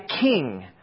king